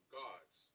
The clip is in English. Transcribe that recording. gods